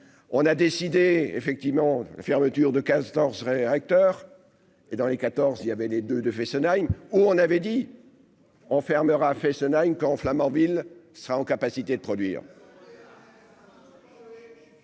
on a décidé, effectivement, fermeture de castors serait acteur et dans les quatorze, il y avait les deux de Fessenheim où on avait dit on fermera Fessenheim quand Flamanville sera en capacité de produire.